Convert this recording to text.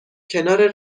کنار